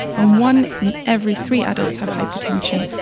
and one in every three adults have hypertension,